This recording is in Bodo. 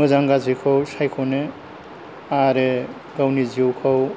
मोजां गाज्रिखौ सायख'नो आरो गावनि जिउखौ